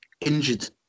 injured